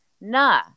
Nah